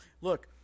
look